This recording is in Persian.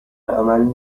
عمل